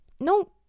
no